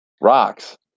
Rocks